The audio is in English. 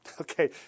Okay